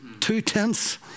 two-tenths